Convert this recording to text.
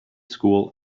school